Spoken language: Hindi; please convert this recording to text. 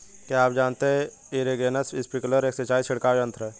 क्या आप जानते है इरीगेशन स्पिंकलर एक सिंचाई छिड़काव यंत्र है?